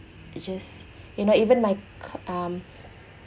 it just you know even my co~ um